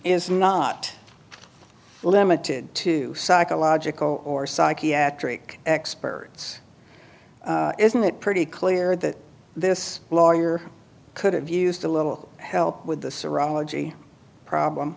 is not limited to psychological or psychiatric experts isn't it pretty clear that this lawyer could have used a little help with the